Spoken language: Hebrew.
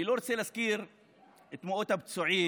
אני לא רוצה להזכיר את מאות הפצועים,